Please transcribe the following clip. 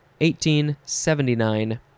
1879